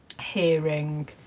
hearing